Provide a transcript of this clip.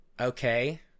okay